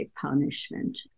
punishment